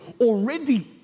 already